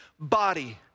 body